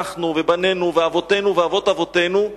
אנחנו ובנינו ואבותינו ואבות-אבותינו,